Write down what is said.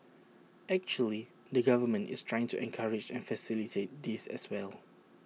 actually the government is trying to encourage and facilitate this as well